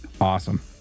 Awesome